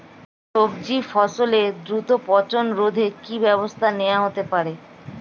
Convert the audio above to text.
সবজি ফসলের দ্রুত পচন রোধে কি ব্যবস্থা নেয়া হতে পারে?